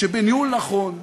שבניהול נכון,